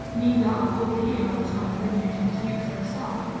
neither of all the heroes of the lineage of zeus himself,